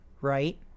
right